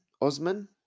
Osman